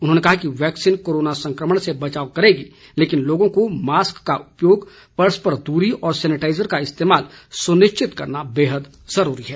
उन्होंने कहा कि यैक्सीन कोरोना संक्रमण से बचाव करेगी लेकिन लोगों को मास्क का उपयोग परस्पर दूरी और सेनेटाईजर का इस्तेमाल सुनिश्चित करना बेहद जरूरी है